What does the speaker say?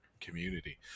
community